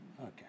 Okay